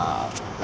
no lah